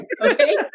okay